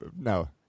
No